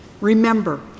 Remember